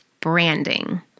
branding